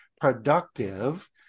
productive